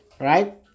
right